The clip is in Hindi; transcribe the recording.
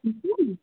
ठेके है